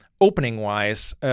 opening-wise